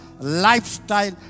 lifestyle